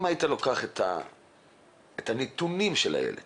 אם היית לוקח את הנתונים של הילד